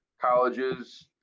colleges